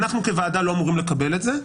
אנחנו כוועדה לא אמורים לקבל את זה,